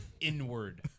Inward